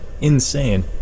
Insane